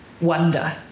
wonder